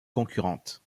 concurrentes